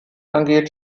angeht